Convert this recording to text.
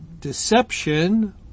deception